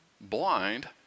blind